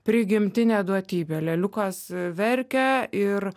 prigimtinė duotybė leliukas verkia ir